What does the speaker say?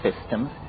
systems